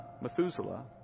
Methuselah